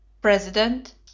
President